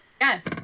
Yes